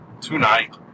tonight